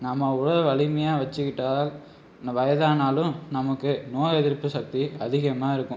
நம்ம உடல் வலிமையாக வெச்சுக்கிட்டால் வயதானாலும் நமக்கு நோய் எதிர்ப்பு சக்தி அதிகமாக இருக்கும்